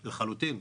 לחלוטין.